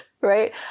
Right